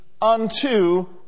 unto